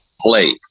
play